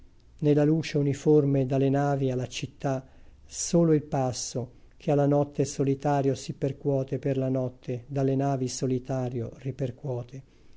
la luce uniforme da le navi a la città solo il passo che a la notte solitario si percuote per la notte dalle navi solitario ripercuote